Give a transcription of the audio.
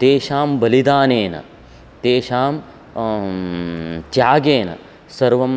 तेषां बलिदानेन तेषां त्यागेन सर्वं